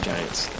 Giants